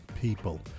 people